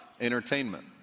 entertainment